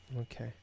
Okay